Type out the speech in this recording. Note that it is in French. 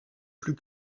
plus